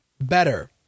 better